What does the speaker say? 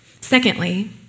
Secondly